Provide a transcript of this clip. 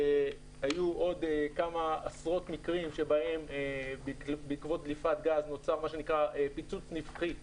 היו עוד כמה עשרות מקרים שבהם בעקבות דליפת גז נוצר פיצוץ נפחי.